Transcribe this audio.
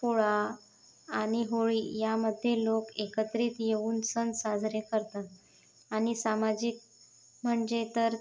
पोळा आणि होळी यामध्ये लोक एकत्रित येऊन सण साजरे करतात आणि सामाजिक म्हणजे तर